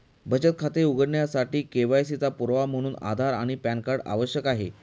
बचत खाते उघडण्यासाठी के.वाय.सी चा पुरावा म्हणून आधार आणि पॅन कार्ड आवश्यक आहे